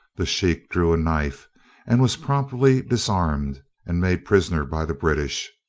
the sheikh drew a knife and was promptly disarmed and made prisoner by the british.